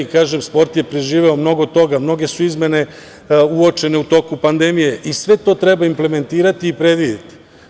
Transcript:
Kažem, sport je preživeo mnogo toga, mnoge su izmene uočene u toku pandemije i sve to treba implementirati i predvideti.